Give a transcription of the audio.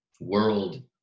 world